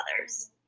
others